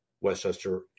Westchester